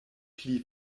pli